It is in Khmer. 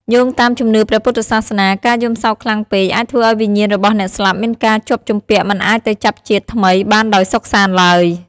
យោងតាមជំនឿព្រះពុទ្ធសាសនា ការយំសោកខ្លាំងពេកអាចធ្វើឱ្យវិញ្ញាណរបស់អ្នកស្លាប់មានការជាប់ជំពាក់មិនអាចទៅចាប់ជាតិថ្មីបានដោយសុខសាន្តឡើយ។